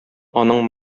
аның